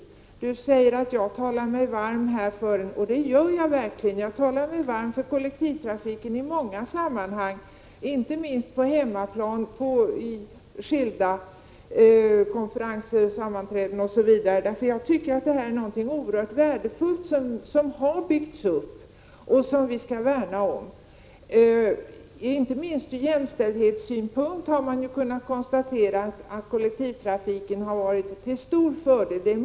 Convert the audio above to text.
Olle Östrand sade att jag talade mig varm för kollektivtrafiken, och det gör jag i många sammanhang, inte minst på hemmaplan vid skilda konferenser, sammanträden osv. Kollektivtrafiken är något oerhört värdefullt som vi skall värna om. Inte minst ur jämställdhetssynpunkt har det konstaterats att kollektivtrafiken har varit till stor fördel.